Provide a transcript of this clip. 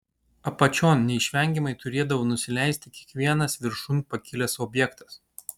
apačion neišvengiamai turėdavo nusileisti kiekvienas viršun pakilęs objektas